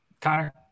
Connor